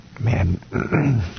Man